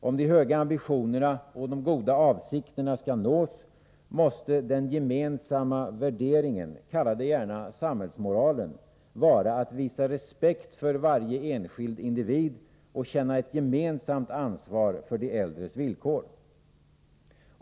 Om de höga ambitionerna och goda avsikterna skall nås, måste den gemensamma värderingen — kalla det gärna samhällsmoralen — vara att visa respekt för varje enskild individ att känna gemensamt ansvar för de äldres villkor.